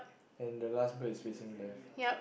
and the last bird is facing left